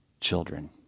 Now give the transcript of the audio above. children